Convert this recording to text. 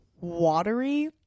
watery –